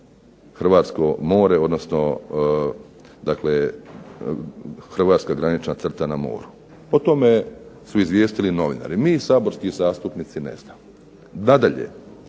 Hrvatsko more, odnosno Hrvatska granična crta na moru. O tome su izvijestili novinari, mi saborski zastupnici ne znamo. Nadalje,